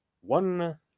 One